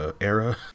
era